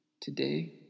Today